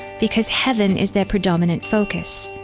because heaven is their predominant focus.